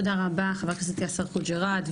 תודה רבה, ח"כ יאסר חוג'יראת.